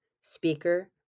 speaker